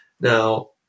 Now